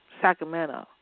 Sacramento